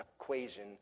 equation